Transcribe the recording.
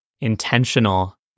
intentional